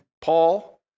Paul